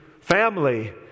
family